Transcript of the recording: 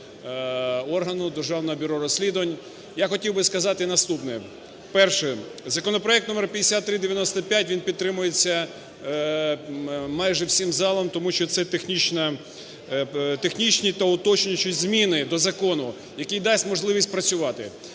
Я хотів би сказати наступне. Перше. Законопроект номер 5395 він підтримується майже всім залом, тому що це технічні та уточнюючі зміни до закону, який дасть можливість працювати.